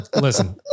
Listen